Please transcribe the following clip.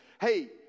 hey